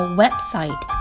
website